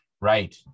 Right